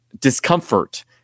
discomfort